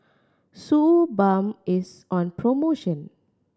Suu Balm is on promotion